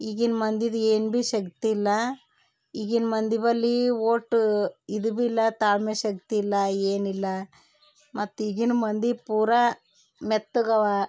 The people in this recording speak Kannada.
ಈಗಿನ ಮಂದಿದು ಏನು ಭೀ ಶಕ್ತಿ ಇಲ್ಲ ಈಗಿನ ಮಂದಿ ಬಳಿ ಒಟ್ಟು ಇದು ಭೀ ಇಲ್ಲ ತಾಳ್ಮೆ ಶಕ್ತಿ ಇಲ್ಲ ಏನು ಇಲ್ಲ ಮತ್ತು ಈಗಿನ ಮಂದಿ ಪೂರಾ ಮೆತ್ತಗವ